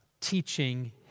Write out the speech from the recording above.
teaching